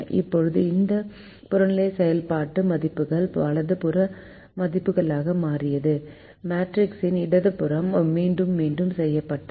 இப்போது இந்த புறநிலை செயல்பாட்டு மதிப்புகள் வலது புற மதிப்புகளாக மாறியது மேட்ரிக்ஸின் இடமாற்றம் மீண்டும் மீண்டும் செய்யப்பட்டது